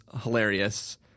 hilarious –